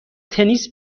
تنیس